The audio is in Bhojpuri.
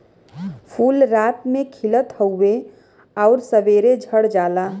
फूल रात में खिलत हउवे आउर सबेरे झड़ जाला